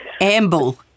amble